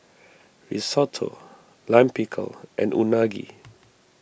Risotto Lime Pickle and Unagi